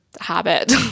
habit